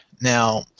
now